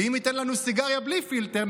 ואם ייתן לנו סיגריה בלי פילטר,